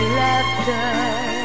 laughter